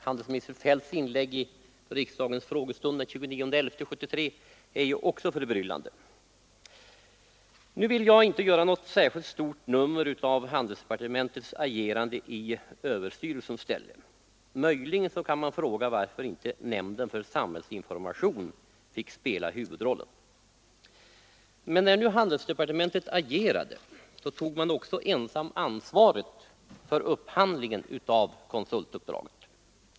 Handelsministerns inlägg i riksdagens frågestund den 29 november 1973 är också förbryllande. Nu vill jag inte göra något stort nummer av handelsdepartementets agerande i öÖverstyrelsens ställe. Möjligen kan man fråga varför inte nämnden för samhällsinformation fick spela huvudrollen. Men när handelsdepartementet agerade tog det också ensamt ansvaret för upphandlingen av konsultuppdraget.